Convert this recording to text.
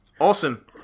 Awesome